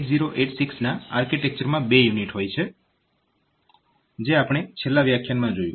8086 ના આર્કિટેક્ચર માં બે યુનિટ હોય છે જે આપણે છેલ્લા વ્યાખ્યાનમાં જોયું